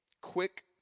quick